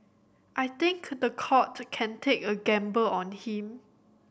I think the court can take a gamble on him